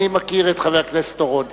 אני מכיר את חבר הכנסת אורון.